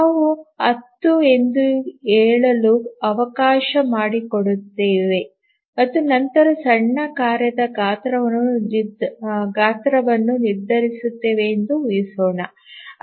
ನಾವು 10 ಎಂದು ಹೇಳಲು ಅವಕಾಶ ಮಾಡಿಕೊಡುತ್ತೇವೆ ಮತ್ತು ನಂತರ ಸಣ್ಣ ಕಾರ್ಯದ ಗಾತ್ರವನ್ನು ನಿರ್ಧರಿಸುತ್ತೇವೆ ಎಂದು ಊಹಿಸೋಣ